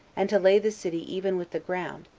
and to lay the city even with the ground,